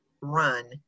run